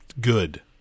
good